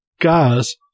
Guys